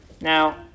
Now